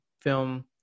film